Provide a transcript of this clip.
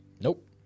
Nope